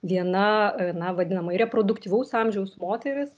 viena na vadinama reproduktyvaus amžiaus moteris